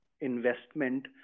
investment